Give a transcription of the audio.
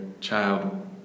child